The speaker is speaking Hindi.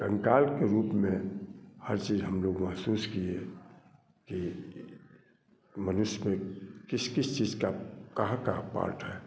कंकाल के रूप में हर चीज़ हम लोग महसूस किए कि मनुष्य में किस किस चीज़ का कहाँ कहाँ पार्ट है